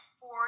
four